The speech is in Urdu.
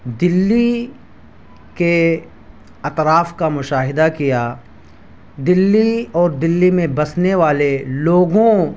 دلّی کے اطراف کا مشاہدہ کیا دلّی اور دلّی میں بسنے والے لوگوں